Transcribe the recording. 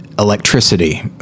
electricity